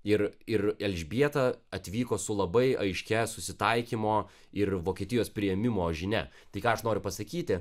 ir ir elžbieta atvyko su labai aiškia susitaikymo ir vokietijos priėmimo žinia tai ką aš noriu pasakyti